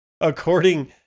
According